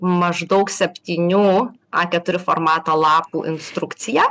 maždaug septynių a keturi formato lapų instrukciją